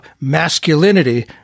masculinity